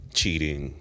cheating